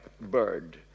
bird